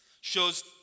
shows